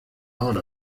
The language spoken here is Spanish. hora